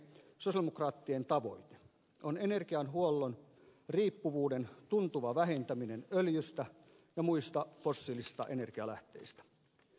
sosialidemokraattien tavoite on energianhuollon riippuvuuden tuntuva vähentäminen öljystä ja muista fossiilisista energialähteistä